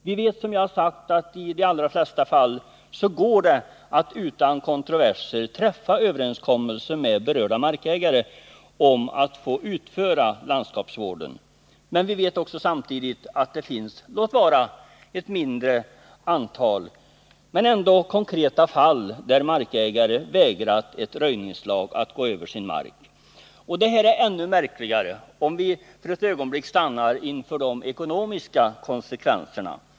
Vi vet att det i de flesta fall går att utan kontroverser träffa överenskommelse med berörda markägare om att få utföra landskapsvården, men vi vet också att det finns ett, låt vara litet, antal fall där markägare har vägrat ett röjningslag att gå över sin mark. Och det här är märkligt också från ekonomisk synpunkt.